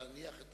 להניח את